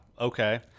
okay